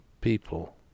people